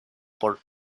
por